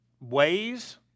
ways